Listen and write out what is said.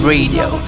Radio